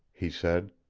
he said.